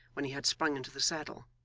when he had sprung into the saddle.